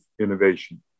innovation